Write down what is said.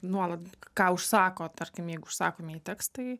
nuolat ką užsako tarkim jeigu užsakomieji tekstai